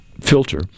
filter